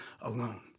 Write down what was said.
alone